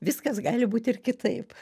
viskas gali būt ir kitaip